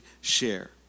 share